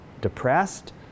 depressed